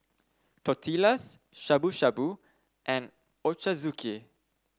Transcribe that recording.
Tortillas Shabu Shabu and Ochazuke